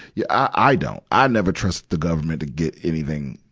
yeah i, i don't. i never trust the government to get anything,